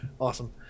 Awesome